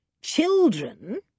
children